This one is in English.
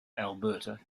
alberta